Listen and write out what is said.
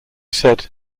said